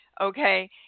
Okay